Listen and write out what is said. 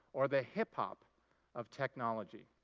or the hip-hop of technology.